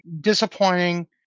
disappointing